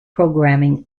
programming